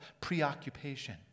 preoccupation